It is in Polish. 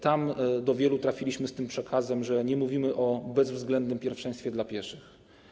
Tam do wielu trafiliśmy z tym przekazem, że nie mówimy o bezwzględnym pierwszeństwie dla pieszych.